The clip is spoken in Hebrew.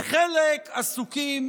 וחלק עסוקים